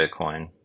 Bitcoin